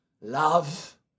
Love